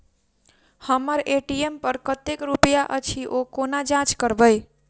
हम्मर ए.टी.एम पर कतेक रुपया अछि, ओ कोना जाँच करबै?